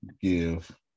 give